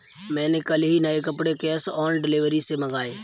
मैंने कल ही नए कपड़े कैश ऑन डिलीवरी से मंगाए